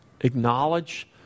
Acknowledge